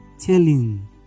telling